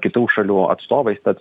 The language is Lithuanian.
kitų šalių atstovais bet